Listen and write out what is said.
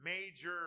major